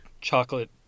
chocolate